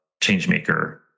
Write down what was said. Changemaker